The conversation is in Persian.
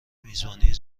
میزبانی